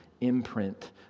imprint